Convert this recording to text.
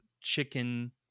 chicken